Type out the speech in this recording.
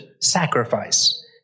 sacrifice